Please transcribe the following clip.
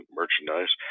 merchandise